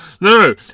no